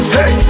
Hey